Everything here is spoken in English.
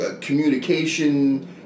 communication